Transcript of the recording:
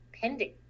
pending